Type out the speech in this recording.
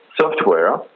software